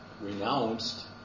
renounced